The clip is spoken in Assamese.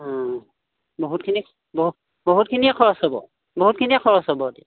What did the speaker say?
অঁ বহুতখিনি বহু বহুতখিনিয়ে খৰচ হ'ব বহুতখিনিয়ে খৰচ হ'ব এতিয়া